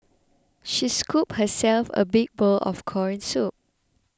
she scooped herself a big bowl of Corn Soup